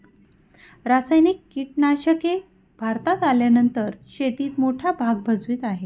रासायनिक कीटनाशके भारतात आल्यानंतर शेतीत मोठा भाग भजवीत आहे